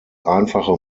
einfache